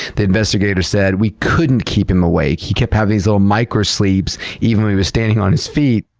the investigator said, we couldn't keep him awake. he kept having these little micro sleeps, even when he was standing on his feet.